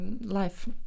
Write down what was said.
life